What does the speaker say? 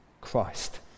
Christ